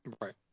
Right